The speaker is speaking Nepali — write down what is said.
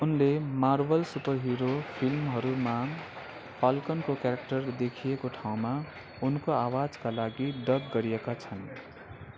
उनले मार्वल सुपरहिरो फिल्महरूमा फाल्कनको क्यारेक्टर देखिएको ठाउँमा उनको आवाजका लागि डब गरिएका छन्